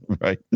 Right